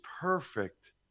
perfect